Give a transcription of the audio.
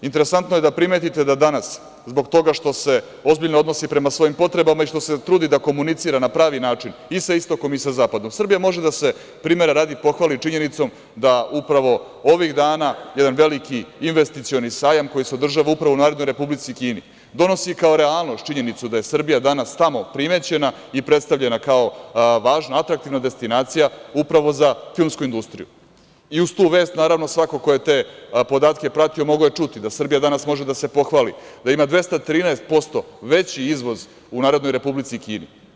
Interesantno je da primetite da danas, zbog toga što se ozbiljno odnose prema svojim potrebama, što se trudi da komunicira na pravi način i sa istokom i sa zapadom, Srbija može da se, primera radi, pohvali činjenicom da upravo ovih dana jedan veliki investicioni sajam, koji se održava upravo u Narodnoj Republici Kini, donosi kao realnost činjenicu da je Srbija danas tamo primećena i predstavljena kao važna, atraktivna destinacija, upravo za filmsku industriju i uz tu vest, naravno, svako ko je te podatke pratio, mogao je čuti da Srbija danas može da se pohvali da ima 213% veći izvoz u Narodnoj Republici Kini.